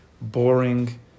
Boring